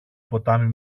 ποτάμι